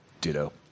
Ditto